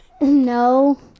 No